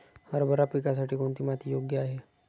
हरभरा पिकासाठी कोणती माती योग्य आहे?